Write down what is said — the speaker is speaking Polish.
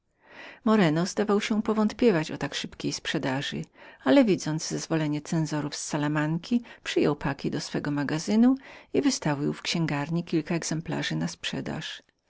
moreno zdawał się powątpiewać o tak szybkiej sprzedaży ale widząc potwierdzenie cenzorów z salamanki przyjął paki do swego magazynu i wystawił w oknach kilka exemplarzy na sprzedaż